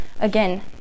again